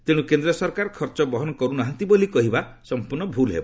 ତେଣୁ କେନ୍ଦ୍ର ସରକାର ଖର୍ଚ୍ଚ ବହନ କରୁ ନାହାନ୍ତି ବୋଲି କହିବା ସମ୍ପର୍ଷ ଭୁଲ୍ ହେବ